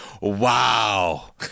Wow